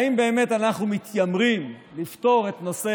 האם באמת אנחנו מתיימרים לפתור את נושא